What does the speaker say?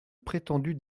prétendu